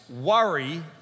worry